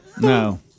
No